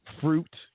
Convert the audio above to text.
fruit